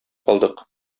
калдык